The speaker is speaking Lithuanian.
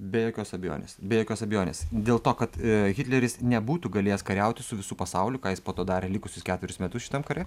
be jokios abejonės be jokios abejonės dėl to kad hitleris nebūtų galėjęs kariauti su visu pasauliu ką jis po to darė likusius ketverius metus šitam kare